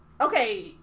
okay